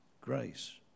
grace